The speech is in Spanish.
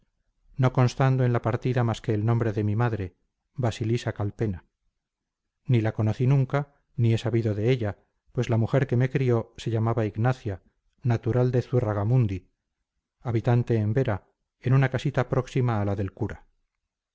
no constando en la partida más que el nombre de mi madre basilisa calpena ni la conocí nunca ni he sabido de ella pues la mujer que me crió se llamaba ignacia natural de zugarramundi habitante en vera en una casita próxima a la del cura